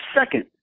second